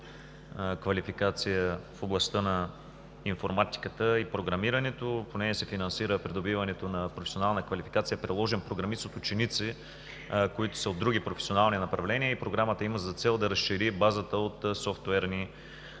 квалификация в областта на информатиката и програмирането. По нея се финансира придобиването на професионална квалификация „Приложен програмист“ от ученици, които са от други професионални направления, и има за цел да разшири базата от софтуерни